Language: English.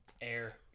Air